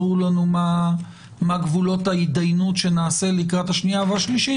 ברור לנו מה גבולות ההתדיינות שנעשה לקראת השנייה והשלישית.